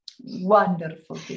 wonderful